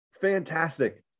Fantastic